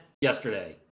yesterday